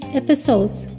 episodes